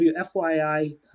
WFYI